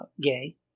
gay